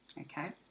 Okay